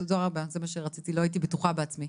תודה רבה, לא הייתי בטוחה בעצמי.